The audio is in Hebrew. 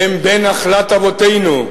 שהם נחלת אבותינו,